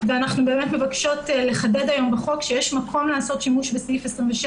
ואנחנו מבקשות לחדד היום בחוק שיש מקום לעשות שימוש בסעיף 27